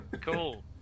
Cool